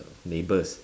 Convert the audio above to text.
neighbours